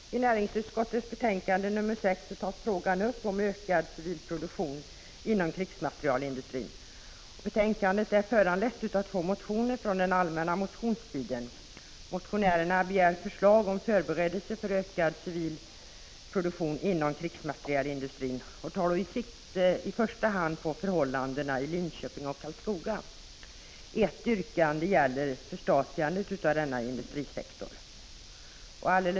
Fru talman! I näringsutskottets betänkande nr 6 tas frågan upp om ökad civil produktion inom krigsmaterielindustrin. Betänkandet är föranlett av två motioner från den allmänna motionstiden. Motionärerna begär förslag om förberedelser för ökad civil produktion inom krigsmaterielindustrin, och tar i första hand sikte på förhållandena i Linköping och Karlskoga. Ett yrkande gäller förstatligande av denna industrisektor.